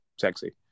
sexy